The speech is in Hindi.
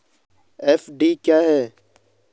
एफ.डी क्या है?